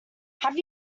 have